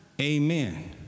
amen